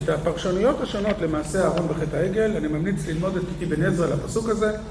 את הפרשנויות השונות למעשה ארון וחטא העגל, אני ממליץ ללמוד את איבן עזר על הפסוק הזה.